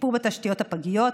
שיפור בתשתיות הפגיות,